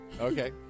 Okay